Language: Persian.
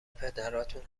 پدراتون